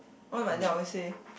what my dad always say